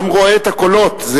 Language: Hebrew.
העם רואה את הקולות.